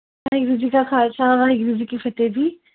ਵਾਹਿਗੁਰੂ ਜੀ ਕਾ ਖਾਲਸਾ ਵਾਹਿਗੁਰੂ ਜੀ ਕੀ ਫਤਿਹ ਜੀ